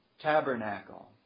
tabernacle